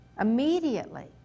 Immediately